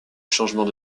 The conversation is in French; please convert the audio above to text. changement